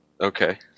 Okay